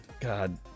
God